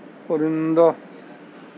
پرندہ